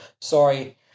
sorry